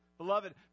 Beloved